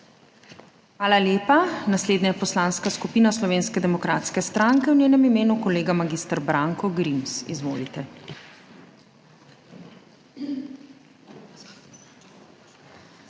Hvala lepa. Naslednja je Poslanska skupina Slovenske demokratske stranke, v njenem imenu kolega mag. Branko Grims. Izvolite.